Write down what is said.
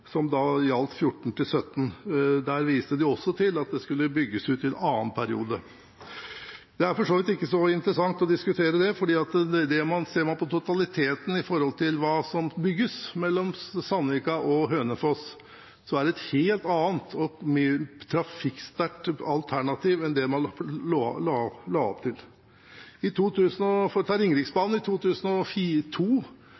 som gjaldt 2014–2017. Der viste de også til at strekningen skulle bygges ut i en annen periode. Det er for så vidt ikke så interessant å diskutere det, for ser man på totaliteten av det som bygges mellom Sandvika og Hønefoss, er det et helt annet og mye mer trafikksterkt alternativ enn det man la opp til. Så til Ringeriksbanen: I 2002 regnet man med at man skulle bygge ett spor mellom Sandvika og Hønefoss, som skulle være Ringeriksbanen. I